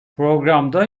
programda